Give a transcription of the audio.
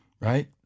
right